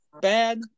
bad